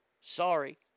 Sorry